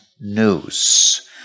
news